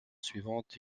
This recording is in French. suivante